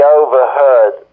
overheard